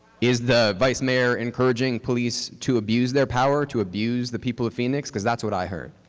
is the vice mayor encouraging police to abuse their power, to abuse the people of phoenix? because that's what i heard.